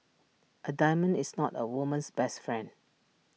A diamond is not A woman's best friend